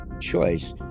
choice